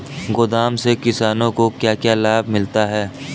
गोदाम से किसानों को क्या क्या लाभ मिलता है?